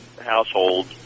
household